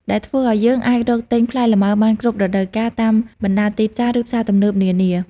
ដែលធ្វើឱ្យយើងអាចរកទិញផ្លែលម៉ើបានគ្រប់រដូវកាលតាមបណ្តាទីផ្សារ ឬផ្សារទំនើបនានា។